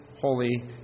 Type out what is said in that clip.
holy